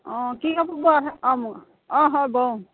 অঁ কি কাপোৰ বোৱা কথা অঁ অঁ হয় বওঁ